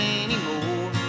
anymore